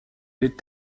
les